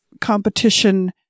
competition